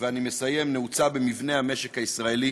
ואני מסיים, נעוצה במבנה המשק הישראלי